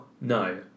No